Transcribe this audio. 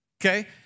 Okay